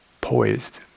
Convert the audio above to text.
poised